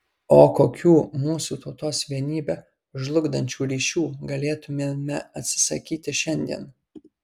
o kokių mūsų tautos vienybę žlugdančių ryšių galėtumėme atsisakyti šiandien